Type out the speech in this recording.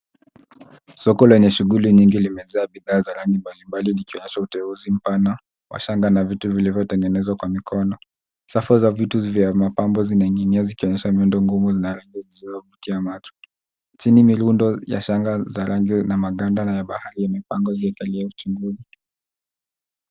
Soko lenye shughuli nyingi limejaa wateja wanaopita wakitazama na kugusa shanga pamoja na vitu vingine vilivyotengenezwa kwa mikono. Rafu zimejaa mapambo yenye miundo ngumu na ya kipekee. Kuna bidhaa za shanga, maganda, na vipande vya bahari vinavyotumika kwa mapambo